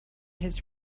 his